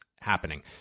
happening